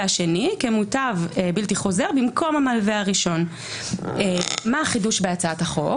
מה החידוש בהצעת החוק?